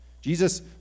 Jesus